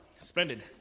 Splendid